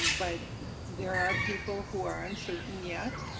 um but there are people who are uncertain yet,